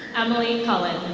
emily cullen.